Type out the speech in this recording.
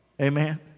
Amen